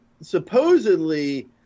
supposedly